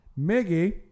Miggy